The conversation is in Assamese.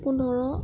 পোন্ধৰ